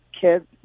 kids